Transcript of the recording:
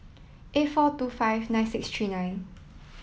eight four two five nine six tree nine